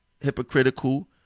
hypocritical